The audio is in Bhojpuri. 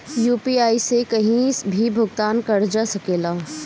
यू.पी.आई से कहीं भी भुगतान कर जा सकेला?